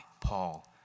Paul